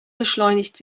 beschleunigt